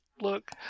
look